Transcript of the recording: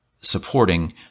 supporting